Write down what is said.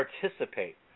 participate